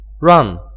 run